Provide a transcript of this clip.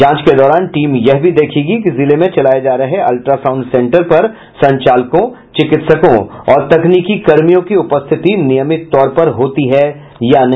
जांच के दौरान टीम यह भी देखेगी कि जिले में चलाये जा रहे अल्ट्रासाउण्ड सेंटर पर संचालकों चिकित्सकों और तकनीकी कर्मियों की उपस्थिति नियमित तौर पर होती है या नहीं